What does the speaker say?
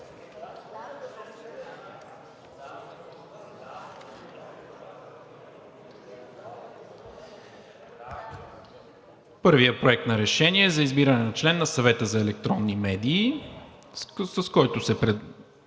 Първият проект за решение за избиране на член на Съвета за електронни медии, с който се предлага